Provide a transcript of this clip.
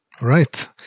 right